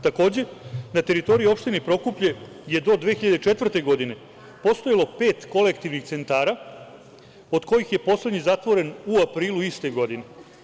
Takođe, na teritoriji opštine Prokuplje 2004. godine postojalo je pet kolektivnih centara, od kojih je poslednji zatvoren u aprilu iste godine.